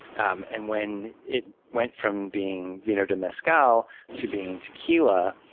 um and when it went from being vino de mezcal to being tequila,